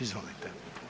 Izvolite.